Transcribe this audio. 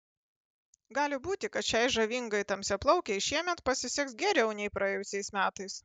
gali būti kad šiai žavingai tamsiaplaukei šiemet pasiseks geriau nei praėjusiais metais